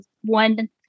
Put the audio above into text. one